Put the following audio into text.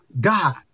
God